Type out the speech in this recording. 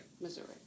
Missouri